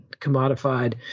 commodified